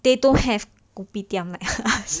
they don't have kopitiam like us